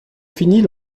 finit